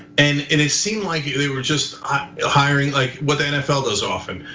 and and it seemed like they were just hiring like what the nfl does often,